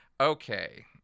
Okay